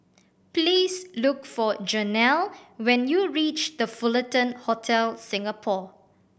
please look for Janelle when you reach The Fullerton Hotel Singapore